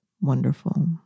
wonderful